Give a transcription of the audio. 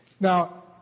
Now